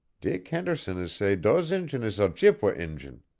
dick henderson is say dose injun is ojibway injun